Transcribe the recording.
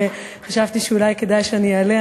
חשבתי שאולי כדאי שאני אעלה,